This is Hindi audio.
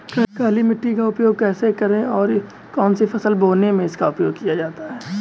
काली मिट्टी का उपयोग कैसे करें और कौन सी फसल बोने में इसका उपयोग किया जाता है?